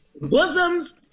Bosoms